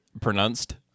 Pronounced